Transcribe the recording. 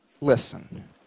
listen